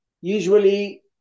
Usually